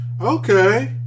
okay